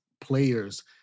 players